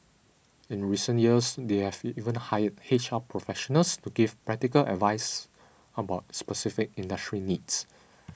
in recent years they have even hired H R professionals to give practical advice about specific industry needs